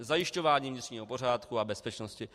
j) zajišťování vnitřního pořádku a bezpečnosti.